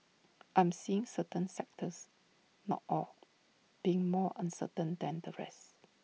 I am seeing certain sectors not all being more uncertain than the rest